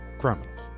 criminals